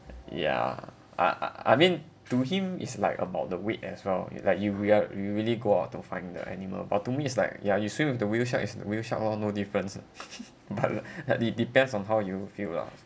yeah ah ah I mean to him is like about the wait as well like you rea~ you will really go out to find the animal but to me it's like ya you swim with the whale shark is the whale shark lor no difference but uh but it depends on how you feel lah